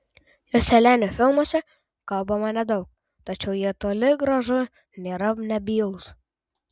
joselianio filmuose kalbama nedaug tačiau jie toli gražu nėra nebylūs